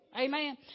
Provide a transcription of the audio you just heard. Amen